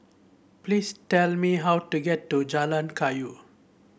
please tell me how to get to Jalan Kayu